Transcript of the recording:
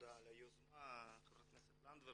תודה על היוזמה חברת הכנסת לנדבר,